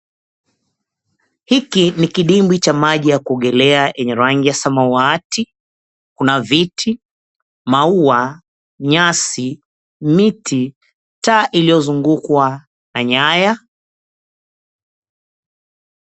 Hiki ni kidimbwi cha maji ya kuogelea yenye rangi ya samawati, kuna viti, maua, nyasi, miti, taa iliyozungukwa na nyaya.